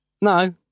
no